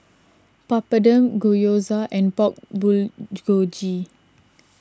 Papadum Gyoza and Pork Bulgogi